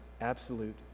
absolute